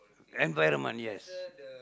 environment yes